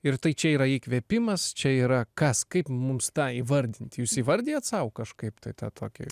ir tai čia yra įkvėpimas čia yra kas kaip mums tą įvardint jūs įvardijot sau kažkaip tai tą tokį